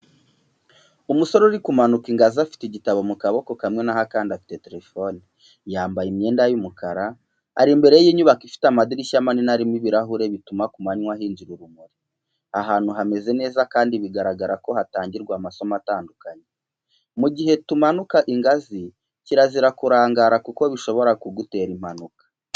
Umusore uri kumanuka ingazi afite igitabo mu kaboko kamwe naho akandi afite telefone. Yambaye imyenda y’umukara, ari imbere y’inyubako ifite amadirishya manini arimo ibirahure bituma ku manywa hinjira urumuri. Aha hantu hameze neza kandi biragaragara ko hatangirwa amasomo atandukanye. Mu gihe tumanuka ingazi kirazira kurangara kuko bishobora gutera impanuka.